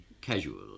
casual